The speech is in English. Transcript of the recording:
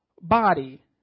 body